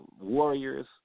Warriors